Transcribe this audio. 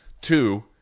Two